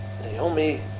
Naomi